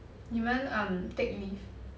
你们 um take leave